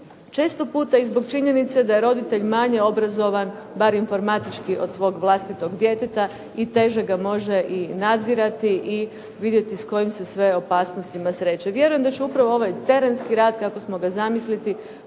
često puta zbog činjenice da je roditelj manje obrazovan bar informatički od svog vlastitog djeteta i teže ga može nadzirati i vidjeti s kojim se sve opasnostima sreće. Vjerujem da će upravo ovaj terenski rad koji smo zamislili,